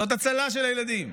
זאת הצלה של הילדים.